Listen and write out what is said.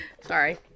Sorry